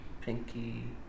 pinky